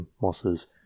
mosses